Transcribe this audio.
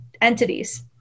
entities